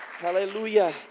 Hallelujah